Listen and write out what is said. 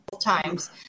Times